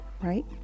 right